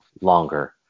longer